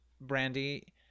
Brandy